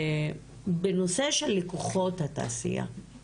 בנושא של לקוחות התעשייה,